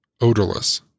odorless